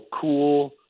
cool